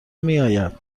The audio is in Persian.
میآید